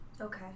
Okay